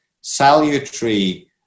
salutary